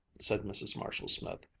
said mrs. marshall-smith,